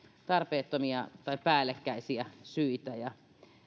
tarpeettomia tai päällekkäisiä syitä ja